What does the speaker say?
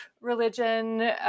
religion